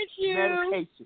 medication